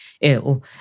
ill